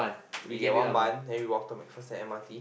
we get one bun then we walk to MacPherson M_R_T